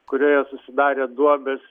kurioje susidarė duobės